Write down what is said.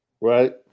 right